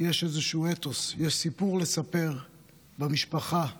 יש איזשהו אתוס, יש סיפור לספר למשפחה לילדים,